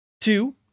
Two